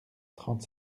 trente